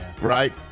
Right